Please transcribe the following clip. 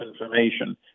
information